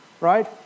Right